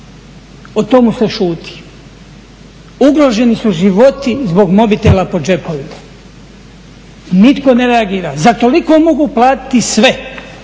O tomu se šuti. Ugroženi su životi zbog mobitela po džepovima. Nitko ne reagira. Zar toliko mogu platiti sve,